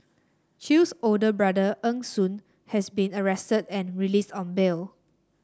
Chew's older brother Eng Soon has been arrested and released on bail